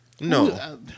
No